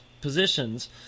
positions